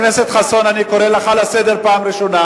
חסון, אני קורא אותך לסדר בפעם הראשונה.